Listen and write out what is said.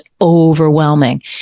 overwhelming